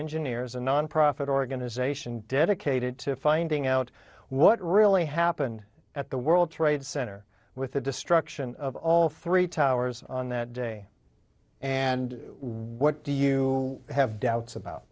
engineers a nonprofit organization dedicated to finding out what really happened at the world trade center with the destruction of all three towers on that day and what do you have doubts about